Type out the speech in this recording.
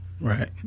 right